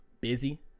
busy